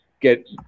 get